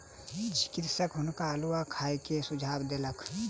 चिकित्सक हुनका अउलुआ खाय के सुझाव देलक